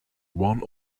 one